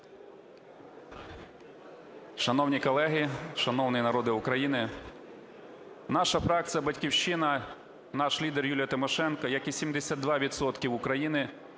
Шановні колеги, шановний народе України! Наша фракція "Батьківщина", наш лідер Юлія Тимошенко, як і 72 відсотки